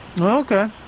Okay